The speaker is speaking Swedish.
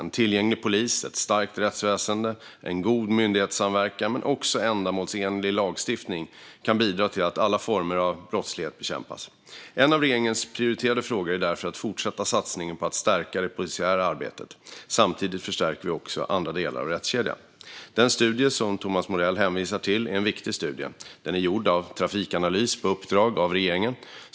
En tillgänglig polis, ett starkt rättsväsen, en god myndighetssamverkan men också ändamålsenlig lagstiftning kan bidra till att alla former av brottslighet bekämpas. En av regeringens prioriterade frågor är därför att fortsätta satsningen på att stärka det polisiära arbetet. Samtidigt förstärker vi också de andra delarna av rättskedjan. Den studie som Thomas Morell hänvisar till är en viktig studie. Den är gjord av Trafikanalys på uppdrag av regeringen.